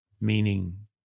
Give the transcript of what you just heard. meaning